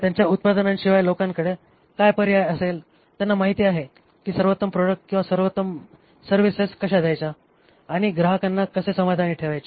त्यांच्या उत्पादनांशिवाय लोकांकडे काय पर्याय असेल त्यांना माहिती आहे कि सर्वोत्तम प्रॉडक्ट किंवा सर्वोत्तम सर्व्हिसेस कशा द्यायच्या आणि ग्राहकांना कसे समाधानी ठेवायचे